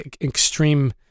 extreme